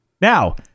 Now